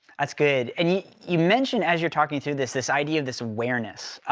that's good. and you you mentioned as you're talking through this, this idea of this awareness.